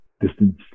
distance